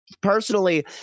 personally